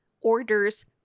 orders